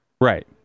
Right